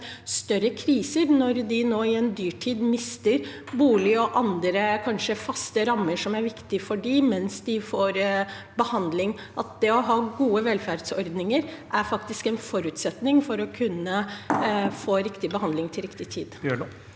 større kriser når de i en dyrtid kanskje mister bolig og andre faste rammer som er viktige for dem, mens de får behandling, og at det å ha gode velferdsordninger faktisk er en forutsetning for å kunne få riktig behandling til riktig tid?